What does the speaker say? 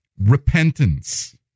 Repentance